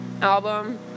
album